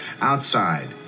outside